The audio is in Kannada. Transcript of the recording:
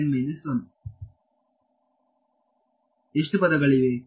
ಎಷ್ಟು ಪದಗಳಿವೆ